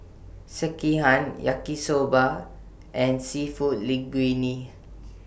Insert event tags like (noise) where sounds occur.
(noise) Sekihan Yaki Soba and Seafood Linguine